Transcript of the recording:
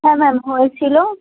হ্যাঁ ম্যাম হয়েছিল